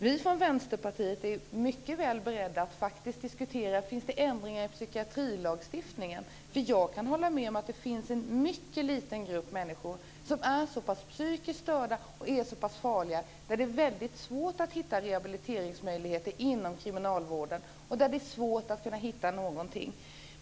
Vi från Vänsterpartiet är mycket väl beredda att faktiskt diskutera om det kan göras ändringar i psykiatrilagstiftningen, därför att jag kan hålla med om att det finns en mycket liten grupp människor som är så pass psykiskt störd och så pass farlig och för vilken det är mycket svårt att hitta rehabiliteringsmöjligheter inom kriminalvården och för vilken det är svårt att hitta någonting.